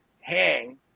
hang